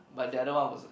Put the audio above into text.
but the other one was a